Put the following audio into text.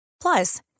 Plus